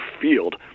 field